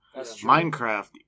Minecraft